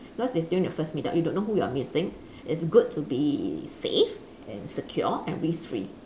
cause it's during your first meet up you don't know you're meeting it's good to be safe and secure and risk free